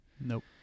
Nope